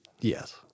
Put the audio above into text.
Yes